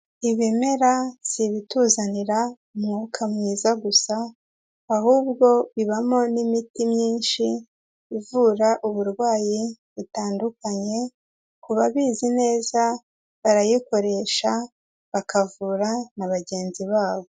Ibimera si ibituzanira umwuka mwiza gusa ahubwo bibamo n'imiti myinshi ivura uburwayi butandukanye, ku babizi neza barayikoresha bakavura na bagenzi babo.